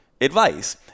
advice